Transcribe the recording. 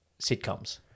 sitcoms